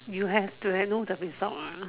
you have to know the result mah